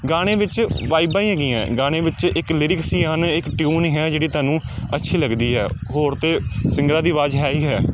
ਗਾਣੇ ਵਿੱਚ ਵਾਈਬਾਂ ਹੀ ਹੈਗੀਆਂ ਗਾਣੇ ਵਿੱਚ ਇੱਕ ਲੀਰਿਕਸ ਹੀ ਹਨ ਇੱਕ ਟਿਊਨ ਹੀ ਹੈ ਜਿਹੜੀ ਤੁਹਾਨੂੰ ਅੱਛੀ ਲੱਗਦੀ ਹੈ ਹੋਰ ਅਤੇ ਸਿੰਗਰਾਂ ਦੀ ਆਵਾਜ਼ ਹੈ ਹੀ ਹੈ